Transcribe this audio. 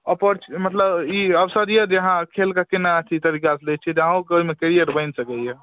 ऑपोरचु मतलब ई अवसर दिअऽ जे अहाँ खेल कऽ केना अथी तरीकासँ लै छियै जे अहूँ कऽ ओहिमे कैरिअर बनि सकैया